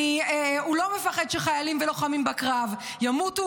הוא לא מפחד שחיילים ולוחמים בקרב ימותו,